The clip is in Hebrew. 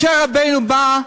משה רבנו בא,